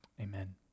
Amen